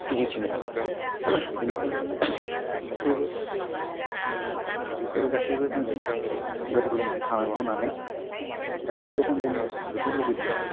गिदिंथिंनो हागोन बिनिखायनो गासैबो बेफोरो गासैबो जों गोथार फोलेर थाङा बुंनानै दानि गोदान जेनेरेसना बेखौनो लुगैदों आरो